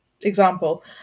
example